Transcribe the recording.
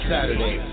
Saturday